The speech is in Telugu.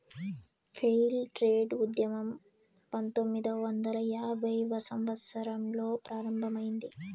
ఫెయిర్ ట్రేడ్ ఉద్యమం పంతొమ్మిదవ వందల యాభైవ సంవత్సరంలో ప్రారంభమైంది